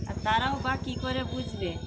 আর তারাও বা কী করে বুঝবে